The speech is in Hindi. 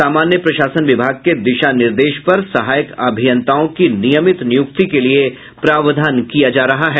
सामान्य प्रशासन विभाग के दिशा निर्देश पर सहायक अभियंताओं की नियमित नियुक्ति के लिये प्रावधान किया जा रहा है